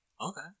Okay